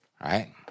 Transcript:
right